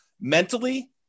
mentally